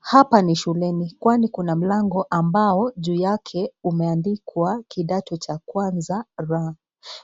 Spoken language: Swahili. Hapa ni shuleni kwani kuna mlango ambao juu yake umeandikwa kidato cha kwaza R,